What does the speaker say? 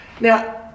Now